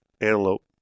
antelope